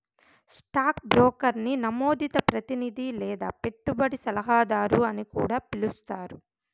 stock బ్రోకర్ని నమోదిత ప్రతినిది లేదా పెట్టుబడి సలహాదారు అని కూడా పిలిస్తారు